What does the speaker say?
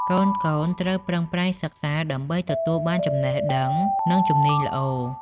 កូនៗត្រូវ ប្រឹងប្រែងសិក្សា ដើម្បីទទួលបានចំណេះដឹង និងជំនាញល្អ។